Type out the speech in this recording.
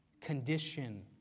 condition